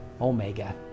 Omega